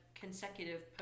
consecutive